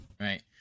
right